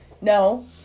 No